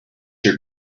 your